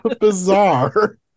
bizarre